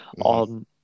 on